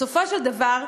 בסופו של דבר,